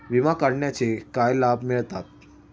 विमा काढण्याचे काय लाभ मिळतात?